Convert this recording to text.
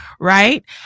Right